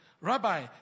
rabbi